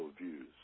views